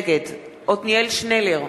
נגד עתניאל שנלר,